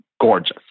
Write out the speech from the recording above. gorgeous